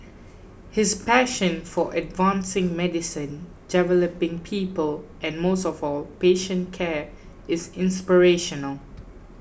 his passion for advancing medicine developing people and most of all patient care is inspirational